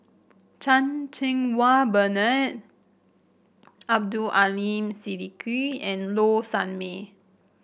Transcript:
Chan Cheng Wah Bernard Abdul Aleem Siddique and Low Sanmay